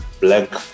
black